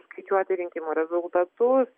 skaičiuoti rinkimų rezultatus